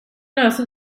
lösa